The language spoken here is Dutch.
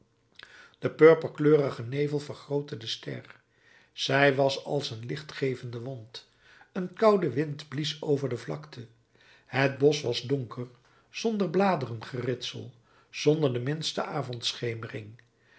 de purperkleurige nevel vergrootte de ster zij was als een lichtgevende wond een koude wind blies over de vlakte het bosch was donker zonder bladerengeritsel zonder de minste avondschemering